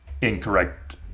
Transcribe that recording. incorrect